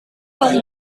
kan